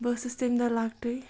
بہٕ ٲسٕس تمہِ دۄہ لۄکٹٕے